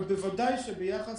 אבל בוודאי שביחס